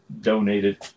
donated